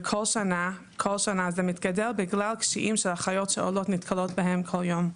וכל שנה היא גדלה בגלל קשיים שאחיות שעולות נתקלות בהם כל יום.